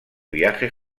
viaje